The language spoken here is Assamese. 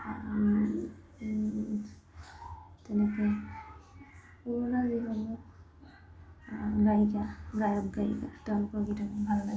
তেনেকে পুৰণা যিসমূহ গায়িকা গায়ক গায়িকা তেওঁলোকৰ গীতবোৰ ভাল লাগে